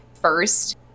first